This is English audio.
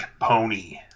Pony